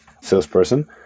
salesperson